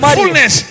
fullness